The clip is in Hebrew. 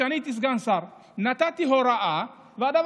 כשאני הייתי סגן שר נתתי הוראה והתחילו